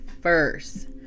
first